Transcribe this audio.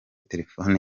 terefone